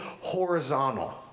horizontal